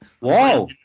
Wow